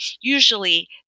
usually